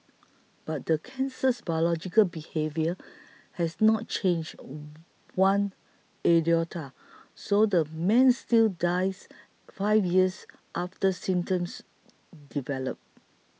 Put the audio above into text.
but the cancer's biological behaviour has not changed one iota so the man still dies five years after symptoms develop